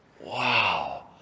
Wow